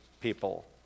people